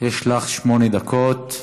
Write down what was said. יש לך שמונה דקות.